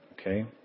okay